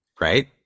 Right